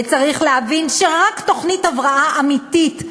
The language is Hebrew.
וצריך להבין שרק תוכנית הבראה אמיתית,